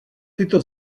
tyto